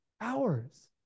hours